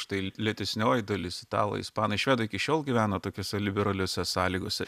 štai lėtesnioji dalis italai ispanai švedai iki šiol gyvena tokiose liberaliose sąlygose